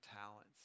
talents